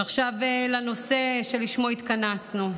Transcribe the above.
ועכשיו לנושא שלשמו התכנסנו.